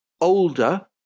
older